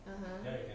(uh huh)